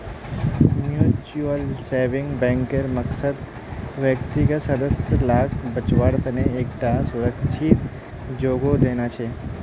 mutual savings बैंकेर मकसद व्यक्तिगत सदस्य लाक बच्वार तने एक टा सुरक्ष्हित जोगोह देना छे